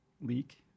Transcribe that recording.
leak